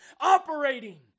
Operating